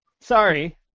Sorry